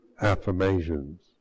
affirmations